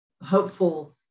hopeful